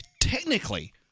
technically